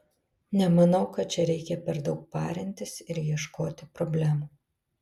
nemanau kad čia reikia per daug parintis ir ieškoti problemų